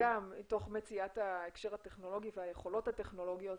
מתוך מציאת ההקשר הטכנולוגי והיכולות הטכנולוגיות